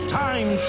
time